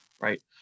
right